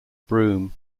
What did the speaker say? broome